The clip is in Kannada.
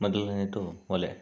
ಮೊದಲನೆಯದು ಒಲೆ